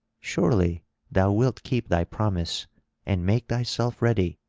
surely thou wilt keep thy promise and make thyself ready.